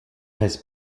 has